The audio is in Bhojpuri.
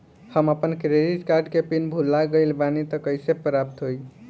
हम आपन क्रेडिट कार्ड के पिन भुला गइल बानी त कइसे प्राप्त होई?